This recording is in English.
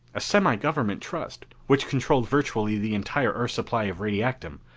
a semigovernment trust, which controlled virtually the entire earth supply of radiactum,